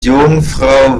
jungfrau